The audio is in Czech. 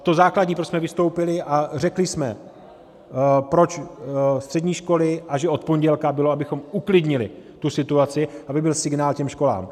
To základní, proč jsme vystoupili a řekli jsme, proč střední školy až od pondělka, abychom uklidnili tu situaci, aby byl signál k těm školám.